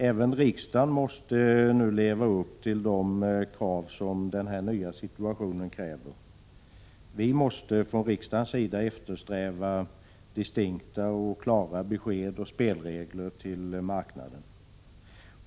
Även riksdagen måste nu leva upp till de krav som den nya situationen ställer. Vi måste från riksdagens sida eftersträva distinkta och klara besked och spelregler för marknaden.